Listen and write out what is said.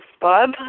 Bob